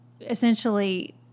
essentially